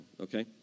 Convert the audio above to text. okay